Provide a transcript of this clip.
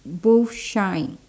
boot shine